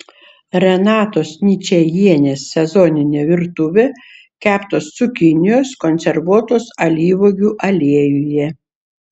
renatos ničajienės sezoninė virtuvė keptos cukinijos konservuotos alyvuogių aliejuje